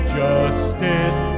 justice